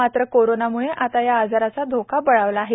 मात्र कोरोनाम्ळे आता या आजाराचा धोका बळावला आहेत